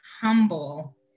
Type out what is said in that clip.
humble